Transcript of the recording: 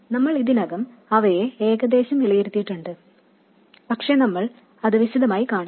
നമ്മൾ ഇതിനകം അവയെ ഏകദേശം വിലയിരുത്തിയിട്ടുണ്ട് പക്ഷേ നമ്മൾ അത് വിശദമായി കാണും